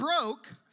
broke